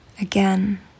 again